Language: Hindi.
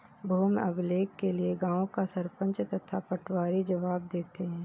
भूमि अभिलेख के लिए गांव का सरपंच तथा पटवारी जवाब देते हैं